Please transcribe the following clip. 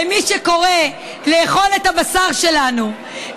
מי שקורא לאכול את הבשר שלנו,